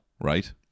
right